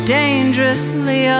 dangerously